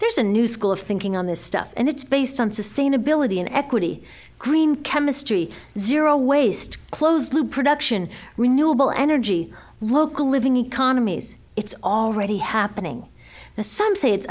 there's a new school of thinking on this stuff and it's based on sustainability an equity green chemistry zero waste closed loop production renewable energy local living economies it's already happening now some say it's